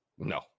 no